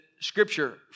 Scripture